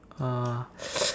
uh